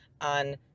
on